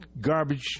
garbage